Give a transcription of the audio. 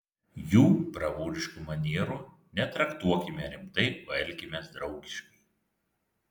jų bravūriškų manierų netraktuokime rimtai o elkimės draugiškai